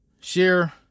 share